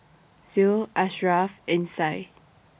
Zul Asharaff and Syah